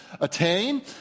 attain